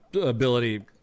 ability